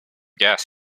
gas